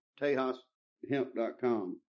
TejasHemp.com